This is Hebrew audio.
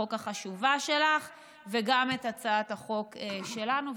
החוק החשובה שלך וגם את הצעת החוק שלנו.